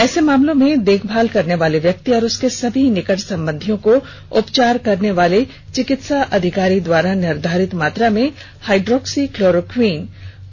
ऐसे मामलों में देखभाल करने वाले व्यक्ति और उसके सभी निकट संबंधियों को उपचार करने वाले चिकित्सा अधिकारी द्वारा निर्धारित मात्रा में हाइड्रोक्सीक्लोरोक्वीन प्रोफीलेक्सिस की टेबलेट लेनी चाहिए